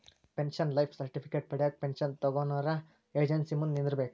pension life certificate ಪಡ್ಯಾಕ pension ತೊಗೊನೊರ agency ಮುಂದ ನಿಂದ್ರಬೇಕ್